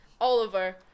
Oliver